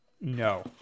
No